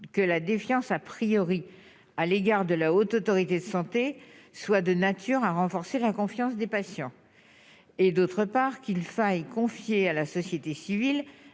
que la défiance a priori à l'égard de la Haute autorité de santé soit de nature à renforcer la confiance des patients et, d'autre part qu'il faille confiée à la société civile,